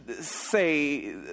say